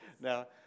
Now